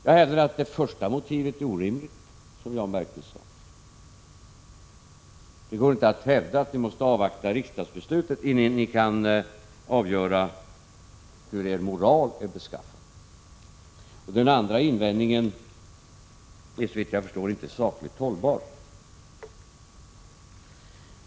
Jag hävdar att det första motivet är orimligt, som också Jan Bergqvist sade. Det går inte att göra gällande att ni måste avvakta riksdagsbeslutet innan ni 45 kan avgöra hur er moral är beskaffad. Den andra invändningen är såvitt jag förstår inte sakligt hållbar.